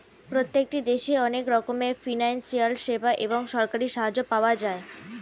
প্রত্যেকটি দেশে অনেক রকমের ফিনান্সিয়াল সেবা এবং সরকারি সাহায্য পাওয়া যায়